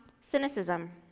cynicism